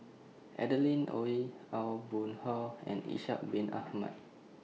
Adeline Ooi Aw Boon Haw and Ishak Bin Ahmad